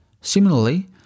Similarly